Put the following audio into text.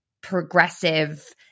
progressive